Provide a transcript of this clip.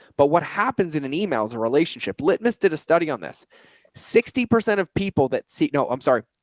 but what happens in an email is a relationship. litmus did a study on this sixty percent of people that say, no, i'm sorry.